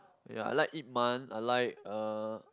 ya I like Ip-Man I like uh